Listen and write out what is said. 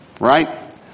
right